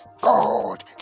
God